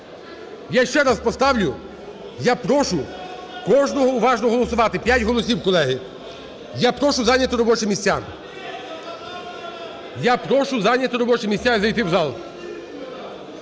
я ще раз поставлю. Я прошу кожного уважно голосувати. 5 голосів, колеги! Я прошу зайняти робочі місця. Я прошу зайняти робочі